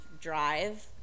drive